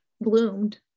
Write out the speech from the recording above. bloomed